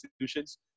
institutions